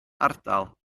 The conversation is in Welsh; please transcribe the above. ardal